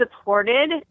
supported